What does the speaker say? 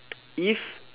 if